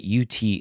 UT